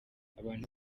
abantu